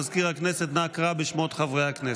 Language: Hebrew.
מזכיר הכנסת, אנא קרא בשמות חברי הכנסת.